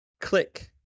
Click